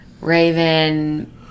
Raven